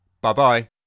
Bye-bye